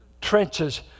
trenches